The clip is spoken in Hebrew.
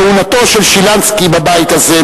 כהונתו של שילנסקי בבית הזה,